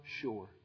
sure